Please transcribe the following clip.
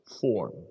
form